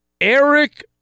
Eric